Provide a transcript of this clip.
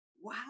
Wow